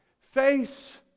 face